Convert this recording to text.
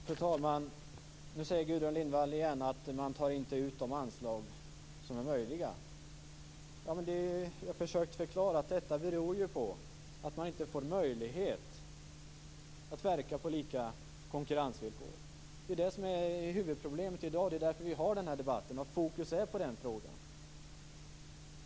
Fru talman! Nu säger Gudrun Lindvall igen att man inte tar ut de anslag som är möjliga att ta ut. Ja, men det är ju det jag har försökt förklara: Detta beror ju på att man inte får möjlighet att verka på lika konkurrensvillkor. Det är ju det som är huvudproblemet i dag, och det är därför vi har den här debatten och fokus är på den frågan.